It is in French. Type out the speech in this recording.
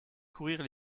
courir